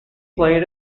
played